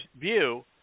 view